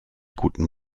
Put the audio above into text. guten